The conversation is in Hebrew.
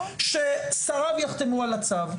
ששריו יחתמו על הצו,